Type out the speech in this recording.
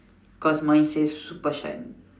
cause mine says super shine